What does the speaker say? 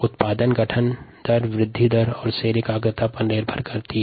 उत्पाद निर्माण की दर वृद्धि दर और कोशिका सांद्रता पर निर्भर करती है